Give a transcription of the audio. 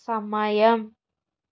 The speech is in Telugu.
సమయం